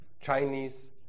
Chinese